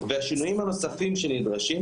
והשינויים הנוספים שנדרשים,